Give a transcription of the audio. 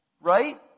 Right